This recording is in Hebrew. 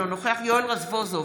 אינו נוכח יואל רזבוזוב,